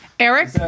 Eric